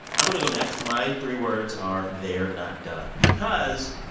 i'm going to go next. my three words are they're not done because,